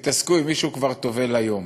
ותתעסקו עם מי שכבר טובל היום.